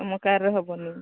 ତମ କାର୍ରେ ହେବନି